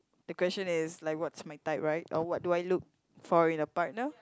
the question is like what's my type right or what do I look for in a partner